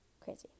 Crazy